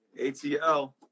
ATL